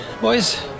boys